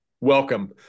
welcome